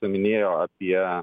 minėjo apie